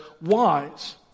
wise